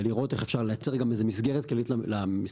לראות איך אפשר לייצר גם איזו מסגרת כללית למשרדים.